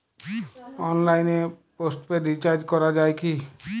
অনলাইনে postpaid recharge করা যায় কি?